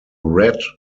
red